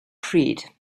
creed